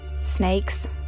Snakes